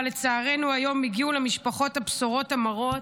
אבל לצערנו, היום הגיעו אל המשפחות הבשורות המרות.